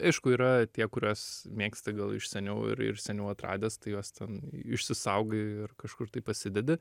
aišku yra tie kuriuos mėgsti gal iš seniau ir ir seniau atradęs tai juos ten išsisaugai ir kažkur tai pasidedi